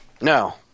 No